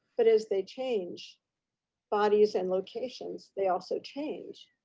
but as they change bodies and locations, they also change.